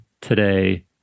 today